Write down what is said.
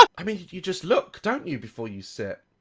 i mean you just look don't you? before you sit